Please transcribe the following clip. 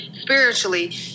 spiritually